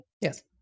Yes